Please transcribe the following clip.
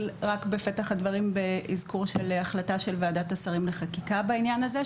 בפתח הדברים באזכור של החלטה של ועדת השרים לחקיקה בעניין הזה,